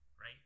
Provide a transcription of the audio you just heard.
right